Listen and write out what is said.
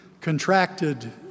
contracted